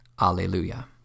Alleluia